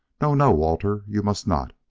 no, no, walter you must not!